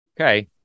Okay